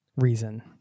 reason